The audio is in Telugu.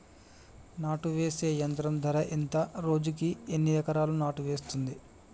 నాటు వేసే యంత్రం ధర ఎంత రోజుకి ఎన్ని ఎకరాలు నాటు వేస్తుంది?